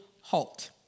halt